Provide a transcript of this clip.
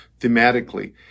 thematically